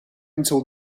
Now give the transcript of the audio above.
until